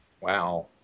Wow